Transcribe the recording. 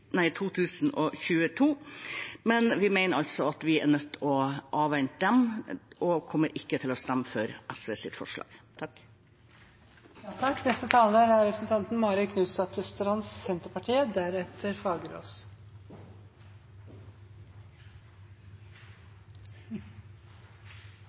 2022. Vi mener vi er nødt til å avvente den, og kommer ikke til å stemme for SVs forslag.